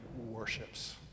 worships